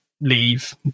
leave